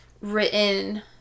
written